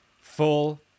Full